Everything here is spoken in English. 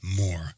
more